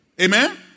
Amen